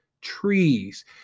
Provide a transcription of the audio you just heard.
trees